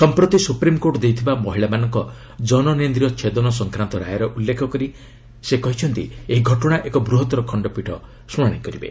ସମ୍ପ୍ରତି ସୁପ୍ରିମ୍କୋର୍ଟ ଦେଇଥିବା ମହିଳାମାନଙ୍କ ଜନନେନ୍ଦ୍ରୀୟ ଛେଦନ ସଂକ୍ରାନ୍ତ ରାୟର ଉଲ୍ଲେଖ କରି କହିଛନ୍ତି ଏହି ଘଟଣା ଏକ ବୃହତର ଖଣ୍ଡପୀଠ ଶୁଣାଣି କରିବେ